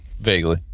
Vaguely